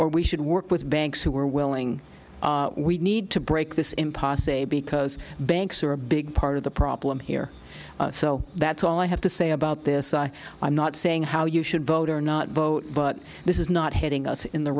or we should work with banks who are willing we need to break this impasse a because banks are a big part of the problem here so that's all i have to say about this i am not saying how you should vote or not vote but this is not hitting us in the